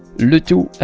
salut to